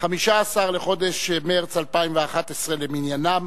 15 בחודש מרס 2011 למניינם.